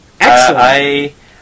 Excellent